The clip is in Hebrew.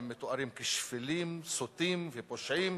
הם מתוארים כשפלים, סוטים ופושעים,